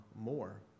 more